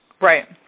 Right